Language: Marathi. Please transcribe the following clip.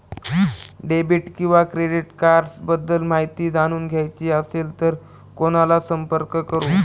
डेबिट किंवा क्रेडिट कार्ड्स बद्दल माहिती जाणून घ्यायची असेल तर कोणाला संपर्क करु?